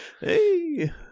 Hey